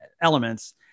elements